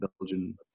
Belgian